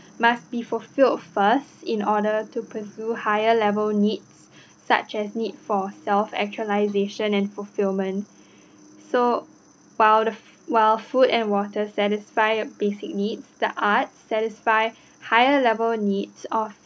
must be fulfilled first in order to pursue higher level needs such as needs for self actualisation and fulfilment so while while food and water satisfied basic needs the arts satisfy higher level needs of